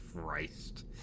Christ